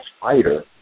fighter